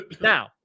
now